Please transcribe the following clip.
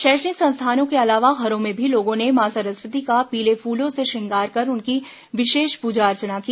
शैक्षणिक संस्थानों के अलावा घरों में भी लोगों ने मां सरस्वती का पीले फूलों से श्रंगार कर उनकी विशेष पूजा अर्चना की